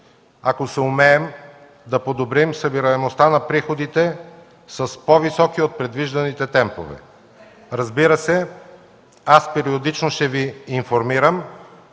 ако съумеем да подобрим събираемостта на приходите с по-високи от предвижданите темпове. Разбира се, аз периодично ще Ви информирам